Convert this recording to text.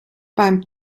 beim